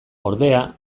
ordea